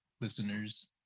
listeners